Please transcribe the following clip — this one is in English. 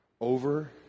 over